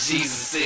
Jesus